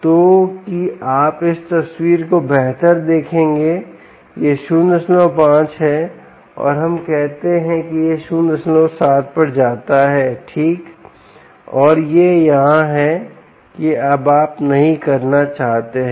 तो कि आप इस तस्वीर को बेहतर देखेंगे यह 05 है और हम कहते हैं कि यह 07 पर जाता है ठीक और यह यहाँ है कि अब आप नहीं करना चाहते हैं